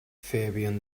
fabian